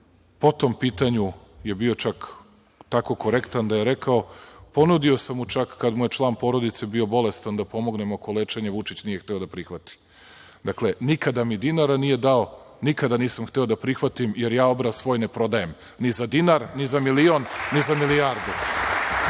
po tom pitanju, je bio, čak, tako korektan da je rekao - ponudio sam mu čak kada mu je član porodice bio bolestan, da pomognem oko lečenja, Vučić nije hteo da prihvati. Dakle, nikada mi dinara nije dao, nikada nisam hteo da prihvatim, jer ja obraz svoj ne prodajem, ni za dinar, ni za milion, ni za milijardu.